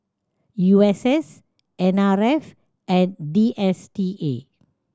U S S N R F and D S T A